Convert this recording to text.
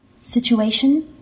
Situation